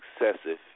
excessive